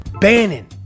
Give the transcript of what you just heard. Bannon